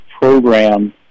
program